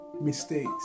mistakes